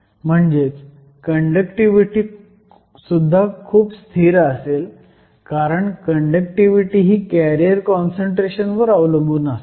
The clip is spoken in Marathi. म्हणजेच कंडक्टिव्हिटी सुद्धा खूप स्थिर असेल कारण कंडक्टिव्हिटी ही कॅरियर काँसंट्रेशन वर अवलंबून असते